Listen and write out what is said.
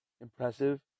impressive